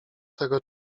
tego